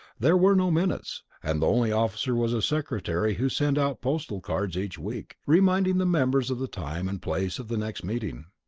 there were no minutes, and the only officer was a secretary who sent out postal cards each week, reminding the members of the time and place of the next meeting.